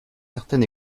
certain